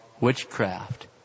witchcraft